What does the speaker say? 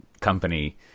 company